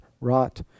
wrought